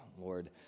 Lord